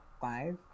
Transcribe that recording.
five